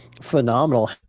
Phenomenal